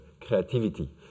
creativity